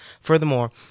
furthermore